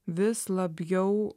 vis labiau